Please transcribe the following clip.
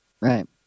Right